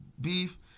beef